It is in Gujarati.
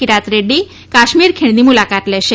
કિશન રેડી કાશ્મિર ખીણની મુલાકાત લેશે